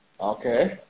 Okay